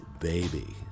baby